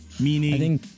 meaning